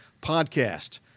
podcast